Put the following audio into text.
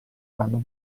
fanno